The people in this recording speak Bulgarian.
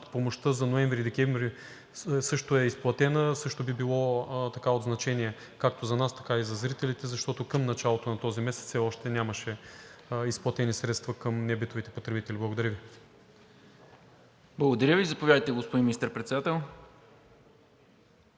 помощта за ноември и декември е изплатена, също би било от значение както за нас, така и за зрителите, защото към началото на този месец все още нямаше изплатени средства към небитовите потребители. Благодаря Ви. ПРЕДСЕДАТЕЛ НИКОЛА МИНЧЕВ: Благодаря Ви. Заповядайте, господин Министър-председател.